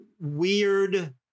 weird